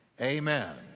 Amen